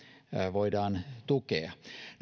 voidaan tukea